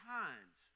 times